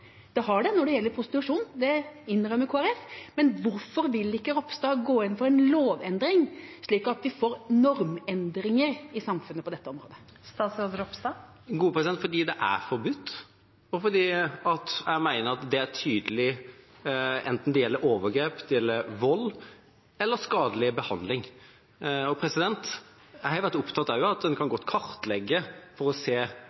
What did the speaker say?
har det når det gjelder prostitusjon, det innrømmer Kristelig Folkeparti. Hvorfor vil ikke statsråden Ropstad gå inn for en lovendring, slik at vi får normendringer i samfunnet på dette området? Fordi det er forbudt, og fordi jeg mener at det er tydelig enten det gjelder overgrep, vold eller skadelig behandling. Jeg har vært opptatt av at en godt kan kartlegge for å se